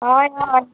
हय हय